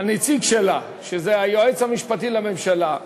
שלנציג שלה, שזה היועץ המשפטי לממשלה,